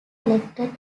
elected